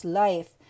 life